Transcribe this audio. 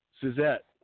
Suzette